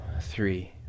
three